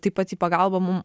taip pat į pagalbą mum